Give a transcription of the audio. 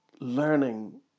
learning